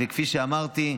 וכפי שאמרתי,